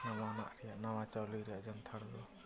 ᱱᱟᱣᱟᱱᱟᱜ ᱨᱮᱭᱟᱜ ᱱᱟᱣᱟ ᱪᱟᱣᱞᱮ ᱨᱮᱭᱟᱜ ᱡᱟᱱᱛᱷᱟᱲ ᱫᱚ